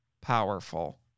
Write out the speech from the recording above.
powerful